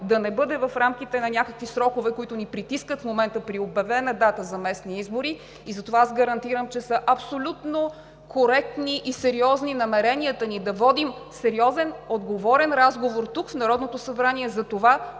да не бъде в рамките на някакви срокове, които ни притискат в момента, при обявена дата за местните избори. Затова аз гарантирам, че са абсолютно коректни и сериозни намеренията ни да водим сериозен, отговорен разговор в Народното събрание за това